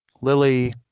Lily